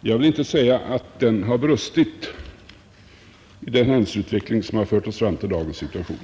Jag vill inte säga att den har brustit i den händelseutveckling som har fört oss fram till dagens situation.